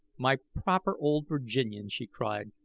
my proper old virginian, she cried,